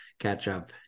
catch-up